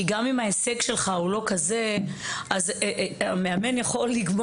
כי גם אם ההישג שלך הוא לא כזה מאמן יכול לגמור